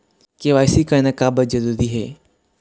KYC करना का बर जरूरी हे?